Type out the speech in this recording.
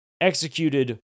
executed